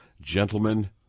Gentlemen